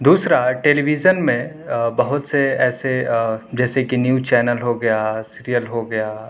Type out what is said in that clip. دوسرا television میں بہت سے ایسے جیسے کہ نیوج چینل ہو گیا سیریل ہو گیا